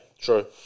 true